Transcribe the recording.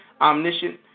omniscient